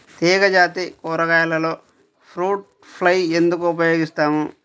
తీగజాతి కూరగాయలలో fruit fly ఎందుకు ఉపయోగిస్తాము?